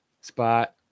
spot